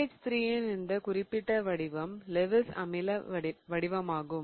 BH3 இன் இந்த குறிப்பிட்ட வடிவம் லெவிஸ் அமில வடிவமாகும்